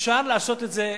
אפשר לעשות את זה,